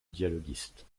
dialoguiste